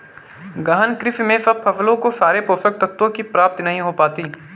गहन कृषि में सब फसलों को सारे पोषक तत्वों की प्राप्ति नहीं हो पाती